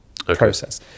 Process